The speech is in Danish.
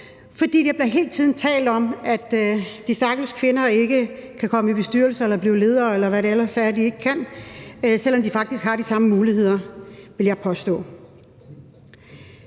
For der bliver hele tiden talt om, at de stakkels kvinder ikke kan komme i bestyrelser eller blive ledere, eller hvad det ellers er, de ikke kan, selv om de faktisk har de samme muligheder, vil jeg påstå.